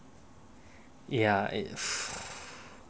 ya it's